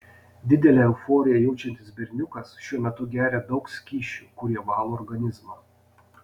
didelę euforiją jaučiantis berniukas šiuo metu geria daug skysčių kurie valo organizmą